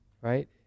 right